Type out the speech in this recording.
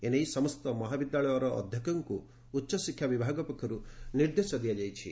ଏ ନେଇ ସମସ୍ତ ମହାବିଦ୍ୟାଳୟ ଅଧ୍ଧକ୍ଙ୍କୁ ଉଚ୍ଚଶିକ୍ଷା ବିଭାଗ ପକ୍ଷରୁ ନିର୍ଦ୍ଦେଶ ଦିଆଯାଇଛି